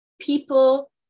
people